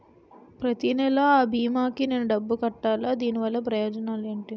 ప్రతినెల అ భీమా కి నేను డబ్బు కట్టాలా? దీనివల్ల ప్రయోజనాలు ఎంటి?